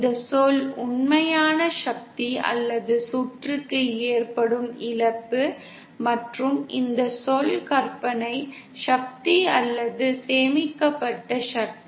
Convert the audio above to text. இந்த சொல் உண்மையான சக்தி அல்லது சுற்றுக்கு ஏற்படும் இழப்பு மற்றும் இந்த சொல் கற்பனை சக்தி அல்லது சேமிக்கப்பட்ட சக்தி